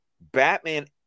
Batman